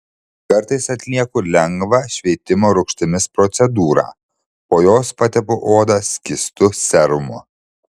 kartais atlieku lengvą šveitimo rūgštimis procedūrą po jos patepu odą skystu serumu